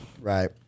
right